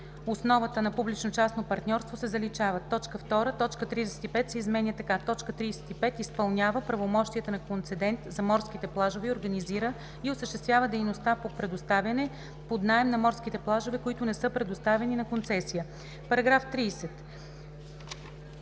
основата на публично-частно партньорство“ се заличават. 2. Точка 35 се изменя така: „35. изпълнява правомощията на концедент за морските плажове и организира, и осъществява дейността по предоставяне под наем на морските плажове, които не са предоставени на концесия;“.“